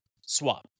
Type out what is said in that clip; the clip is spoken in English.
swap